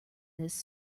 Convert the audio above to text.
this